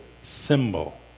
symbol